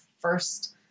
first